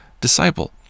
disciple